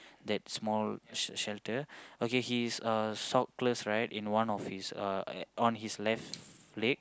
that small sh~ shelter okay he is uh sockless right in one uh one of his on his left leg